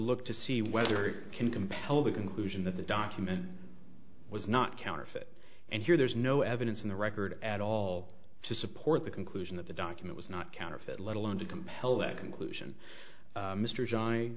look to see whether it can compel the conclusion that the document was not counterfeit and here there is no evidence in the record at all to support the conclusion that the document was not counterfeit let alone to